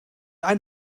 ein